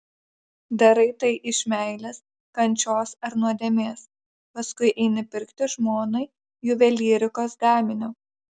darai tai iš meilės kančios ar nuodėmės paskui eini pirkti žmonai juvelyrikos gaminio